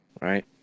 right